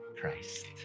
Christ